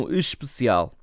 especial